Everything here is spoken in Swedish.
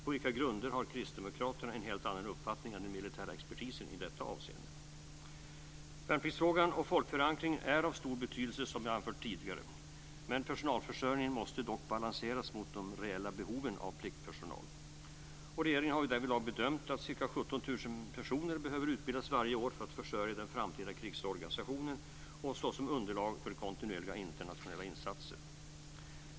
På vilka grunder har kristdemokraterna en helt annan uppfattning än den militära expertisen i detta avseende? Värnpliktsfrågan och folkförankringen är av stor betydelse, som jag har anfört tidigare. Men personalförsörjningen måste balanseras mot det reella behovet av pliktpersonal. Regeringen har därvidlag bedömt att ca 17 000 personer behöver utbildas varje år för att försörja den framtida krigsorganisationen och som underlag för kontinuerliga internationella insatser.